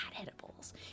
edibles